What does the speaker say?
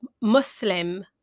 muslim